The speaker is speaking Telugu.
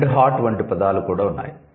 'రెడ్ హాట్' వంటి పదాలు కూడా ఉన్నాయి